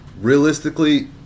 Realistically